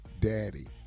Daddy